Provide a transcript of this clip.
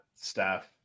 staff